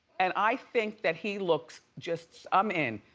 and i think that he looks just, i'm in.